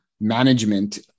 management